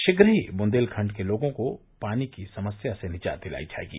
शीघ्र बुन्देलखण्ड के लोगों को पानी की समस्या से निजात दिलायी जायेगी